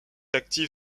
actif